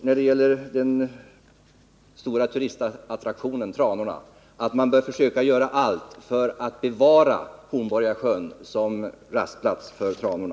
När det gäller den stora turistattraktionen, tranorna, är vi helt överens att man bör försöka göra allt för att bevara Hornborgasjön som rastplats för tranorna.